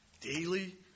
daily